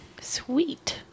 Sweet